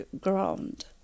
ground